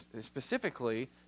specifically